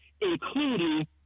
including